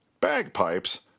bagpipes